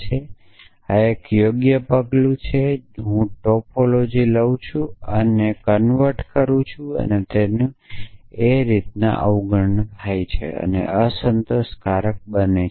તેથી આ એક યોગ્ય પગલું છે કે જો હું ટોપોલોજી લઉં છું અને કન્વર્ટ કરું છું અને તેનું લેવું તે અવગણના છે તો તે અસંતોષકારક બને છે